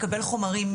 לקבל חומרים,